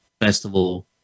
festival